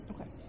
Okay